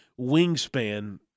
wingspan